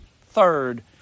third